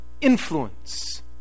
influence